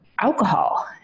alcohol